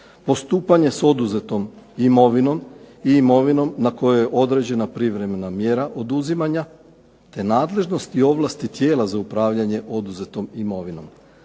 postupanje sa oduzetom imovinom i imovinom na kojoj je određena privremena mjera oduzimanja, te nadležnost i ovlasti tijela za upravljanje oduzetom imovinom,